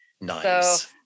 nice